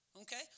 Okay